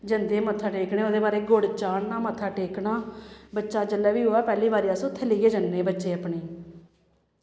जंदे हे मत्था टेकने ओह्दे बारै च गुड़ चाढ़ना मत्था टेकना बच्चा जेल्लै बी होऐ पैह्ली बारी अस उत्थें लेइयै जन्ने बच्चे अपने गी